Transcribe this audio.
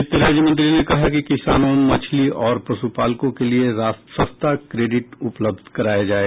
वित्त राज्य मंत्री ने कहा कि किसानो मछली और पशुपालकों के लिए सस्ता क्रेडिट उपलब्ध कराया जायेगा